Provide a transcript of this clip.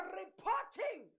reporting